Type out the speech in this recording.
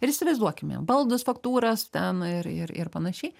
ir įsivaizduokime baldus faktūras ten ir ir ir panašiai